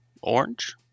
Orange